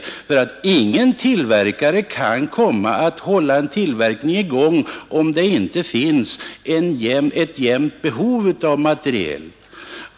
Ingen tillverkare kan nämligen hålla tillverkningen i gång, om det inte finns ett jämnt behov av materiel.